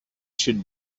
should